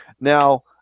now